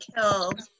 killed